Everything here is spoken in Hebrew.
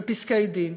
ואת פסקי-הדין.